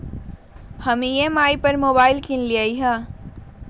हम ई.एम.आई पर मोबाइल किनलियइ ह